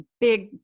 big